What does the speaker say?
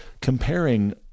comparing